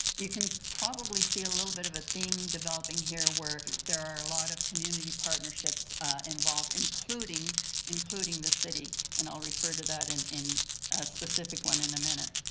you can probably see a little bit of a theme developing here where there are a lot of community partnerships involved. including including the city and i'll refer to that and in a specific one in a minute.